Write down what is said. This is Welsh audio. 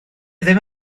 ddim